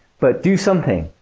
but, do something,